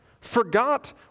forgot